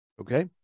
Okay